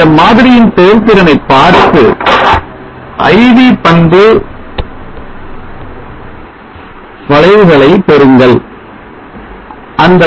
இந்த மாதிரியின் செயல்திறனை பார்த்து I V பண்பு வளைவுகளை பெருங்கல்